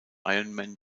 ironman